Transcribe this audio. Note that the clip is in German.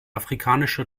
afrikanische